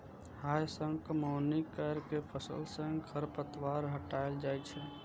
हाथ सं कमौनी कैर के फसल सं खरपतवार हटाएल जाए छै